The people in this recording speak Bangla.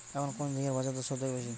এখন কোন ঝিঙ্গের বাজারদর সবথেকে বেশি?